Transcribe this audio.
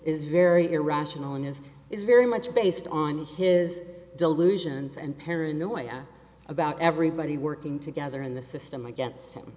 is very irrational and his is very much based on his delusions and paranoia about everybody working together in the system against him